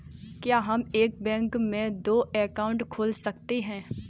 क्या हम एक बैंक में दो अकाउंट खोल सकते हैं?